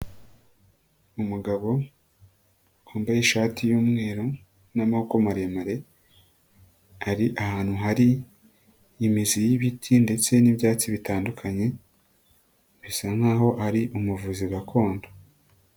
Umugabo wambaye ishati y'umweru n'amaboko maremare. Ari ahantu hari imizi y'ibiti ndetse n'ibyatsi bitandukanye, bisa nkaho ari umuvuzi gakondo.